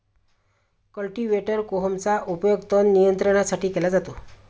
cultivator कोहमचा उपयोग तण नियंत्रणासाठी केला जातो